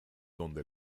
donde